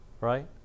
Right